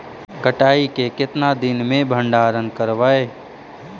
कटाई के कितना दिन मे भंडारन करबय?